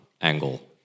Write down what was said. angle